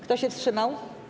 Kto się wstrzymał?